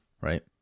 Right